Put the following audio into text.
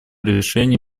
решения